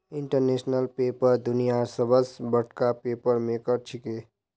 international Paper दुनियार सबस बडका पेपर मेकर छिके